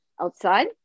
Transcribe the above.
outside